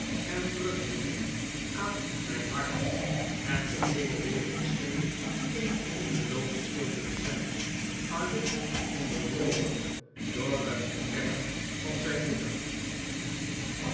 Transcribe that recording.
en drukte die aan mijn hart en de heele wereld scheen een enkele doodsche stilte te zijn alleen onderbroken door het gekerm van zijn moeder